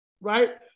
right